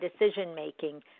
decision-making